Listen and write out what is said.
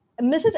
Mrs